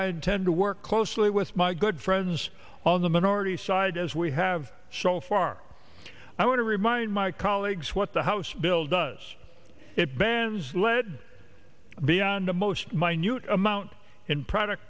i'd tend to work closely with my good friends on the minority side as we have so far i want to remind my colleagues what the house bill does it bans lead beyond the most minute amount in product